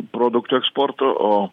produktų eksporto o